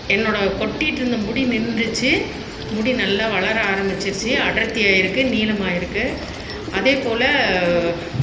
என்னோட கொட்டிட்டு இருந்த முடி நின்றுச்சு முடி நல்லா வளர ஆரம்பிச்சிருச்சு அடர்த்தியாக இருக்குது நீளமாயிருக்குது அதேப்போல